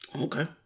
Okay